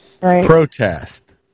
protest